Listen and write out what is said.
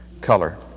color